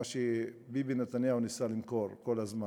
מה שביבי נתניהו ניסה למכור כל הזמן,